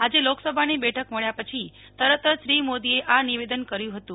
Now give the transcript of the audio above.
આજે લોકસભાની બેઠક મળ્યા પછી તરત જ શ્રી મોદીએ આ નિવેદન કર્યું હતું